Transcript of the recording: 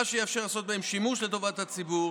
מה שיאפשר לעשות בהם שימוש לטובת הציבור.